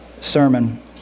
sermon